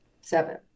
Seven